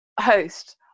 host